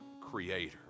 creator